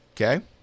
Okay